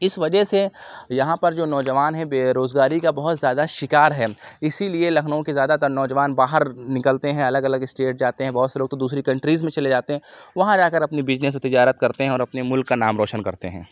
اِس وجہ سے یہاں پر جو نوجوان ہیں بےروزگاری کا بہت زیادہ شکار ہے اِسی لیے لکھنؤ کے زیادہ تر نوجوان باہر نکلتے ہیں الگ الگ اسٹیٹ جاتے ہیں بہت سے لوگ تو دوسری کنٹریز میں چلے جاتے ہیں وہاں جا کر اپنی بزنس یا تجارت کرتے ہیں اور اپنے مُلک کا نام روشن کرتے ہیں